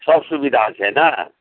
सब सुबिधा छै ने